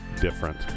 different